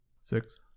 Six